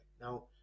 Now